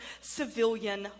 civilian